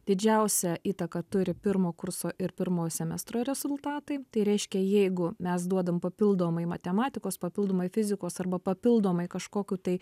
didžiausią įtaką turi pirmo kurso ir pirmo semestro rezultatai tai reiškia jeigu mes duodam papildomai matematikos papildomai fizikos arba papildomai kažkokių tai